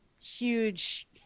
huge